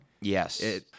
Yes